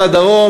מהדרום,